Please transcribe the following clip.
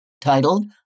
titled